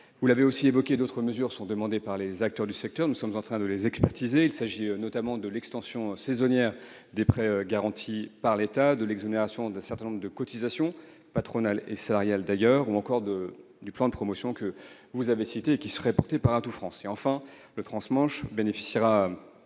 Vous l'avez dit également, d'autres mesures sont demandées par les acteurs du secteur. Nous sommes en train de les expertiser : il s'agit notamment de l'extension saisonnière des prêts garantis par l'État, de l'exonération d'un certain nombre de cotisations patronales et salariales ou encore du plan de promotion que vous avez cité et qui serait porté par Atout France. Par ailleurs, le transport transmanche bénéficiera